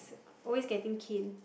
always getting cane